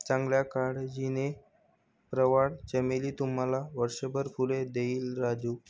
चांगल्या काळजीने, प्रवाळ चमेली तुम्हाला वर्षभर फुले देईल राजू